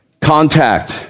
Contact